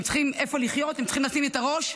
הם צריכים איפה לחיות, הם צריכים לשים את הראש.